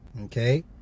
okay